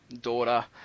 daughter